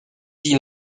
ils